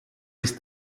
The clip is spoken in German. des